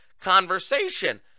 conversation